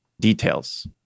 details